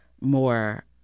more